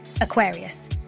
Aquarius